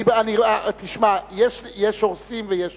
יש הורסים ויש הורסים.